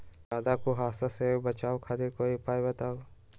ज्यादा कुहासा से बचाव खातिर कोई उपाय बताऊ?